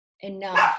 enough